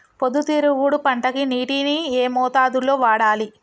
పొద్దుతిరుగుడు పంటకి నీటిని ఏ మోతాదు లో వాడాలి?